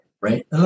right